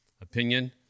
opinion